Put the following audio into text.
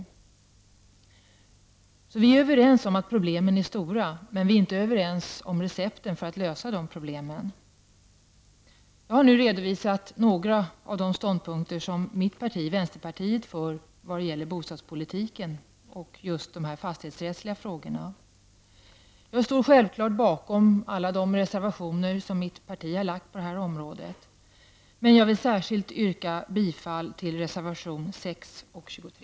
Vi är alltså överens om att problemen är stora, men vi är inte överens om recepten för att lösa problemen. Jag har nu redovisat några av vänsterpartiets ståndpunkter i bostadspolitiken och fastighetsrättsliga frågorna. Jag står självfallet bakom alla de reservationer som mitt parti har fogat till betänkandet, men jag inskränker mig till att yrka bifall till reservationerna nr 6 och 23.